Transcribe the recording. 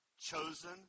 chosen